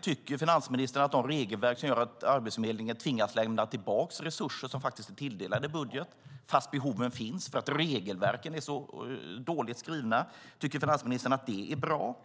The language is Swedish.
Tycker finansministern att de regelverk som tvingar Arbetsförmedlingen att lämna tillbaka resurser som är tilldelade i budget och som behövs är bra?